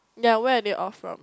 ya where are they all from